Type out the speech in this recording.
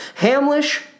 Hamlish